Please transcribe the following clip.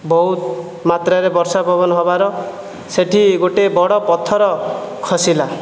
ବହୁତ ମାତ୍ରାରେ ବର୍ଷା ପବନ ହେବାରୁ ସେ'ଠି ଗୋଟିଏ ବଡ଼ ପଥର ଖସିଲା